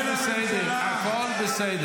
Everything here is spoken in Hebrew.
צאי.